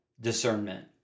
discernment